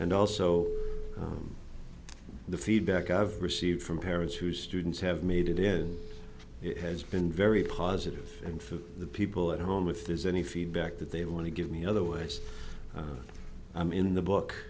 also the feedback i've received from parents who students have made it is it has been very positive and for the people at home with there's any feedback that they want to give me in other words i'm in the book